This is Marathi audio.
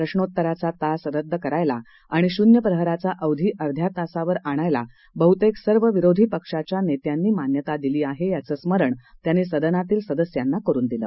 प्रश्रोत्तराचा तास रद्द करायला आणि शून्य प्रहराचा अवधी अर्ध्या तासावर आणायला बहुतेक सर्व विरोधी पक्षांच्या नेत्यांनी मान्यता दिली आहे याचं स्मरण त्यांनी सदनातील सदस्यांना करून दिलं